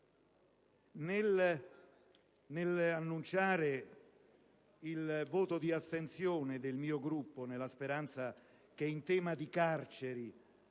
Nell'annunciare il voto di astensione del mio Gruppo, nella speranza che in tema di carceri